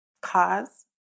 cause